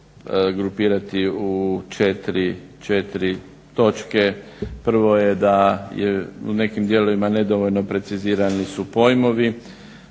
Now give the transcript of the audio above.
grupirati u 4 točke. Prvo je da je u nekim dijelovima nedovoljno precizirani su pojmovi.